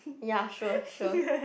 ya sure sure